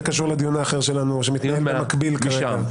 קשור לדיון האחר שלנו שמתנהל במקביל כרגע.